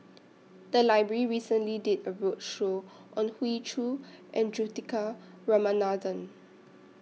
The Library recently did A roadshow on Hoey Choo and Juthika Ramanathan